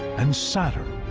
and saturn